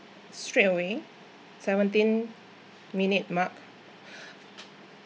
straight away seventeen minute mark